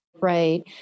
Right